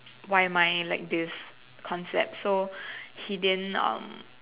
why am I like this concept so he didn't um